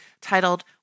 titled